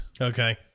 Okay